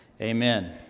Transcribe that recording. Amen